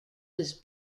was